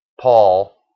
Paul